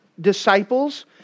disciples